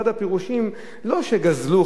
אחד הפירושים: לא שגזלו,